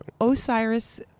Osiris